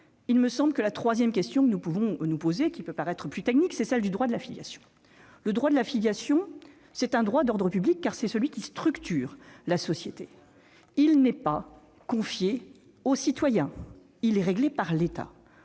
la naissance. Enfin, la troisième question que nous pouvons nous poser- et qui peut paraître plus technique -concerne le droit de la filiation. Ce dernier est un droit d'ordre public, car c'est celui qui structure la société. Il n'est pas confié aux citoyens : il est réglé par l'État.